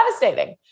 devastating